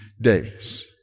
days